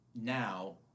Now